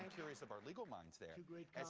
um curious of our legal minds there